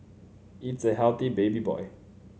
it's a healthy baby boy